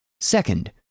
Second